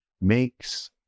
makes